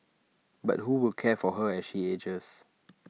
but who will care for her as she ages